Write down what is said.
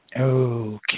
Okay